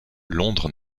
londres